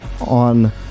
on